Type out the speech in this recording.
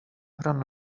run